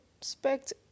expect